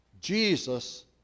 Jesus